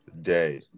Day